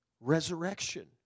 Resurrection